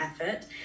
effort